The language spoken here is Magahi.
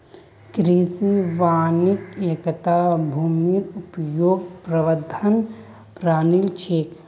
कृषि वानिकी एकता भूमिर उपयोग प्रबंधन प्रणाली छिके